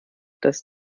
dass